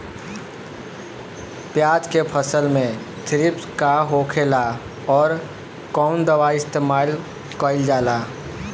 प्याज के फसल में थ्रिप्स का होखेला और कउन दवाई इस्तेमाल कईल जाला?